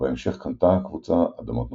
ובהמשך קנתה הקבוצה אדמות נוספות.